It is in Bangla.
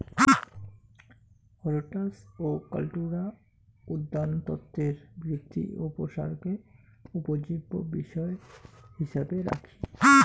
হরটাস আর কাল্টুরা উদ্যানতত্বের বৃদ্ধি ও প্রসারকে উপজীব্য বিষয় হিছাবে রাখি